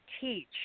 teach